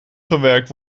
gewerkt